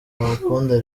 bagukunda